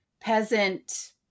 peasant